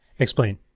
Explain